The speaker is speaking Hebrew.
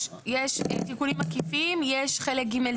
יש תיקונים עקיפים, יש חלק ג'-ד'.